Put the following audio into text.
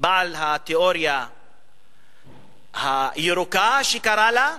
בעל התיאוריה הירוקה, שקרא לה,